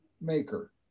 maker